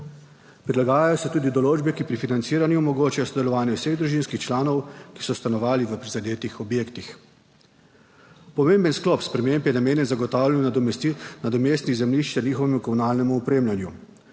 Prilagajajo se tudi določbe, ki pri financiranju omogočajo sodelovanje vseh družinskih članov, ki so stanovali v prizadetih objektih. Pomemben sklop sprememb je namenjen zagotavljanju nadomestnih zemljišč ter njihovemu komunalnemu opremljanju.